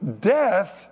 Death